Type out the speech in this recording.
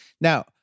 now